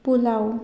pulao